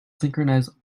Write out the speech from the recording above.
synchronize